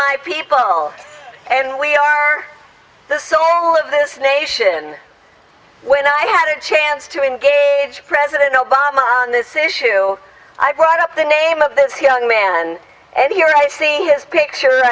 my people and we are the soul of this nation when i had a chance to engage president obama on this issue i brought up the name of this young man and here i see his picture